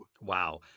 Wow